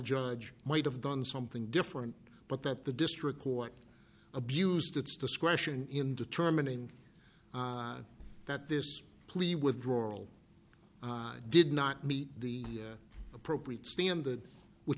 judge might have done something different but that the district court abused its discretion in determining that this plea withdrawal did not meet the appropriate standard which